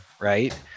right